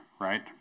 right